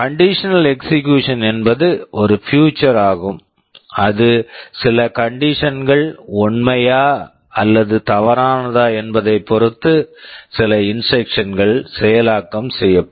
conditional execution conditional execution என்பது ஒரு feature feature ஆகும் அது சில கண்டிஷன் condition கள் உண்மையா அல்லது தவறானதா என்பதைப் பொறுத்து சில இன்ஸ்ட்ரக்க்ஷன்ஸ் instructions கள் செயலாக்கம் செய்யப்படும்